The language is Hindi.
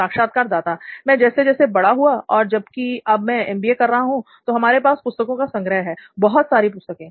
साक्षात्कारदाता मैं जैसे जैसे बढ़ा हुआ और जबकि अब मैं एमबीए कर रहा हूं तो हमारे पास पुस्तकों का संग्रह है बहुत सारी पुस्तकें हैं